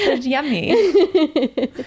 Yummy